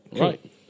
Right